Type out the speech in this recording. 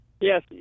Yes